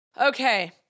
Okay